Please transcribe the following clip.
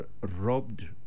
robbed